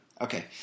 Okay